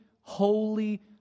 holy